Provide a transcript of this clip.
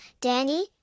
Danny